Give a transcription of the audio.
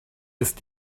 ist